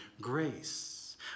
grace